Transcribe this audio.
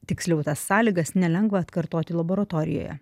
tiksliau tas sąlygas nelengva atkartoti laboratorijoje